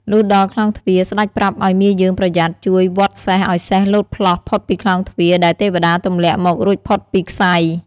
លុះដល់ក្លោងទ្វារ ស្តេចប្រាប់ឱ្យមាយើងប្រយ័ត្នជួយវាត់សេះឱ្យសេះលោតផ្លោះផុតពីក្លោងទ្វារដែលទេវតាទម្លាក់មករួចផុតពីក្ស័យ។